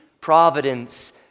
providence